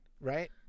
right